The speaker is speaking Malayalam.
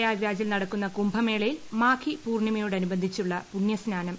പ്രയാഗ്രാജിൽ നടക്കുന്ന കുംഭമേളയിൽ മാഘി പൂർണ്ണിമയോടനുബന്ധിച്ചുള്ള പുണ്യസ്നാനം ഇന്ന്